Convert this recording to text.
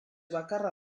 bakarra